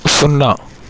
సున్నా